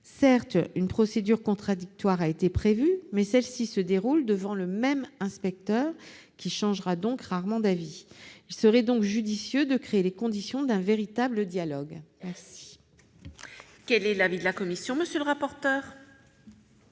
Certes, une procédure contradictoire a été retenue, mais elle se déroule devant le même inspecteur, qui changera rarement d'avis. Il serait donc judicieux de créer les conditions d'un véritable dialogue. Quel est l'avis de la commission ? Cet amendement